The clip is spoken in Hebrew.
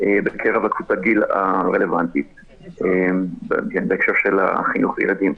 בקרב קבוצת הגיל הרלוונטית בהקשר של חינוך וילדים,